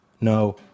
No